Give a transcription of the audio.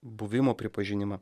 buvimo pripažinimą